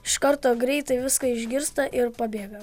iš karto greitai viską išgirsta ir pabėga